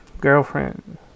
girlfriend